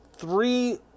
Three